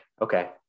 okay